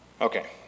Okay